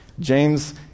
James